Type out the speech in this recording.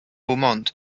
beaumont